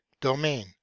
domain